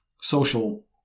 social